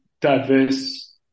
diverse